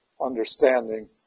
understanding